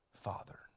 Father